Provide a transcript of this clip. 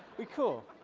we cool.